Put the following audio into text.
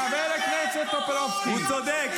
חבר הכנסת טופורובסקי,